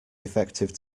defective